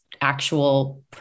actual